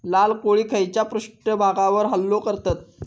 लाल कोळी खैच्या पृष्ठभागावर हल्लो करतत?